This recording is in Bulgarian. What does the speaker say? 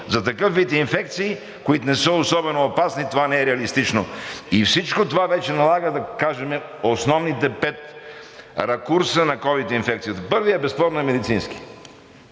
За такъв вид инфекции, които не са особено опасни, това не е реалистично. И всичко това вече налага да кажем основните пет ракурса на ковид инфекцията. Първият е безспорно медицински,